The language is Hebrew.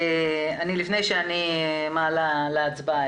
אז אם הבנתי נכון,